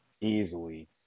Easily